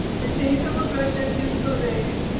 the same filbert brush i used for the,